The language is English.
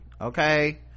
okay